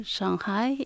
Shanghai